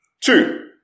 Two